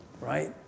Right